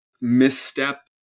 misstep